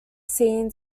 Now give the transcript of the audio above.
seen